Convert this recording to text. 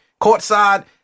Courtside